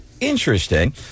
interesting